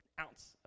ounce